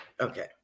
Okay